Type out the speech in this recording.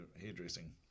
hairdressing